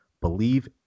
Believe